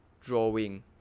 Drawing